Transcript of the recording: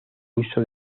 uso